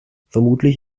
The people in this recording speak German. vermutlich